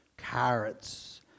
carrots